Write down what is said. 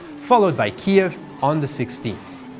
followed by kiev on the sixteenth.